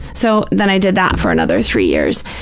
so, then i did that for another three years.